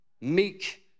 Meek